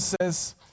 says